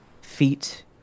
feet